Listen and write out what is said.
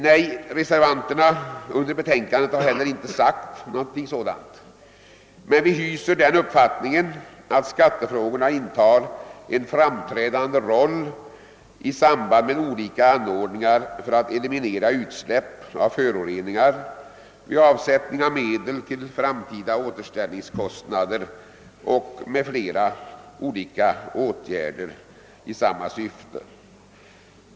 Nej, reservanterna under betänkandet har heller inte sagt någonting sådant, men vi hyser den uppfattningen, att skattefrågorna spelar en framträdande roll i samband med olika anordningar för att eliminera utsläpp och föroreningar, vid avsättning av medel till framtida återställningskostnader m.m. dylikt.